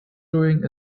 during